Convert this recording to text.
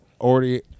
already